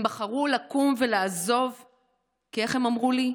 הם בחרו לקום ולעזוב כי, איך הם אמרו לי?